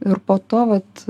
ir po to vat